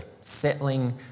settling